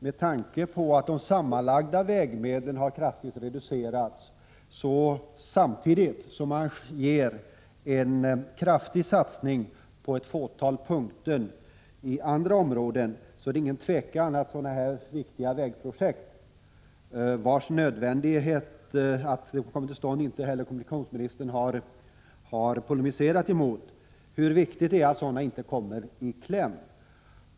Med tanke på att vägmedlen totalt sett kraftigt har reducerats, samtidigt som man gör en ordentlig satsning på ett fåtal punkter i andra områden, råder det inget tvivel om att sådana här viktiga vägprojekt — kommunikationsministern har inte heller polemiserat mot resonemanget om att det är nödvändigt att dessa projekt kommer till stånd — inte får komma i kläm.